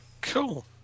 Cool